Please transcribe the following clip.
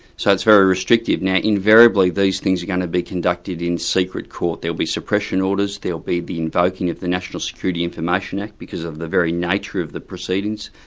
so it's very restrictive. now invariably, these things are going to be conducted in secret court. there'll be suppression orders, there'll be the invoking of the national security information act, because of the very nature of the proceedings,